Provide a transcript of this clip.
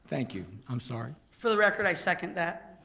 thank you, i'm sorry. for the record i second that.